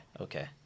Okay